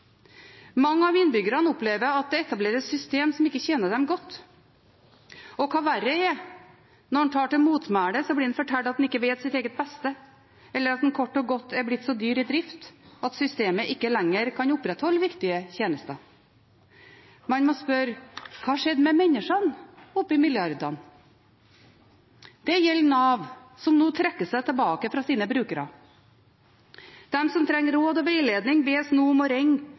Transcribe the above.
Mange av innbyggerne opplever at det etableres systemer som ikke tjener dem godt, og hva verre er: Når en tar til motmæle, blir en fortalt at en ikke vet sitt eget beste, eller at en kort og godt er blitt så dyr i drift at systemet ikke lenger kan opprettholde viktige tjenester. En må spørre: Hva skjedde med menneskene oppe i milliardene? Det gjelder Nav, som nå trekker seg tilbake fra sine brukere. De som trenger råd og veiledning, bes nå om å ringe